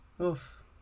Oof